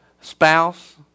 spouse